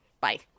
bye